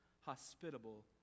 hospitable